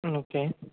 okay